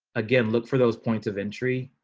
again, look for those points of entry.